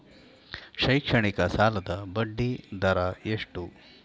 ಶೈಕ್ಷಣಿಕ ಸಾಲದ ಬಡ್ಡಿ ದರ ಎಷ್ಟು?